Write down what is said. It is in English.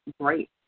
great